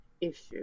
issue